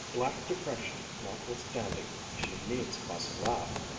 black depression notwithstanding, she needs must laugh,